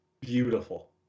beautiful